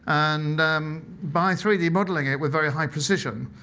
and by three d modeling it with very high precision,